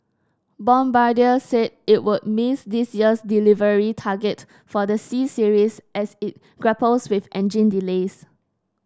bombardier said it would miss this year's delivery target for the C Series as it grapples with engine delays